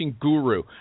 guru